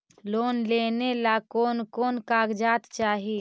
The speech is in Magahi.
लोन लेने ला कोन कोन कागजात चाही?